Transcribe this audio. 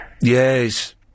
Yes